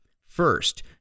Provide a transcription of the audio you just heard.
First